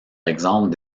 exemple